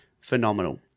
phenomenal